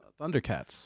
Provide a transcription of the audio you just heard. Thundercats